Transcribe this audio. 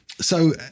So-